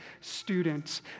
students